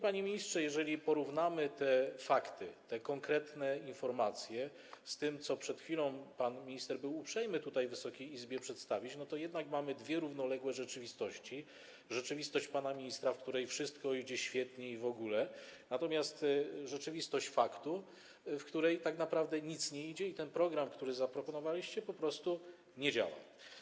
Panie ministrze, jeżeli porównamy te fakty, te konkretne informacje z tym, co przed chwilą pan minister był uprzejmy tutaj Wysokiej Izbie przedstawić, to okaże się, że jednak mamy dwie równoległe rzeczywistości - rzeczywistość pana ministra, w której wszystko idzie świetnie i w ogóle, i rzeczywistość faktu, w której tak naprawdę nic nie idzie i ten program, który zaproponowaliście, po prostu nie działa.